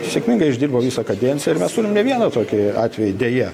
sėkmingai išdirbau visą kadenciją ir mes turim ne vieną tokį atvejį deja